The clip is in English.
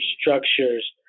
structures